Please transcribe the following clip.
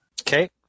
Okay